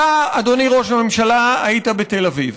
אתה, אדוני ראש הממשלה, היית בתל אביב.